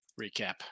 recap